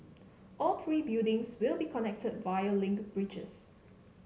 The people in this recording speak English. all three buildings will be connected via link bridges